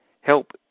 help